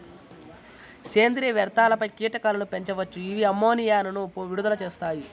సేంద్రీయ వ్యర్థాలపై కీటకాలను పెంచవచ్చు, ఇవి అమ్మోనియాను విడుదల చేస్తాయి